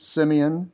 Simeon